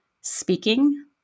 speaking